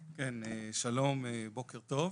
כן, שלום, בוקר טוב,